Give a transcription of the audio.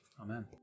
Amen